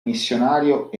missionario